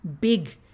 big